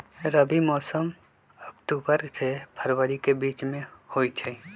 रबी मौसम अक्टूबर से फ़रवरी के बीच में होई छई